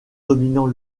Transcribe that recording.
dominant